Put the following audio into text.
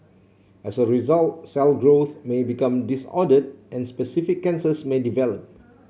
as a result cell growth may become disordered and specific cancers may develop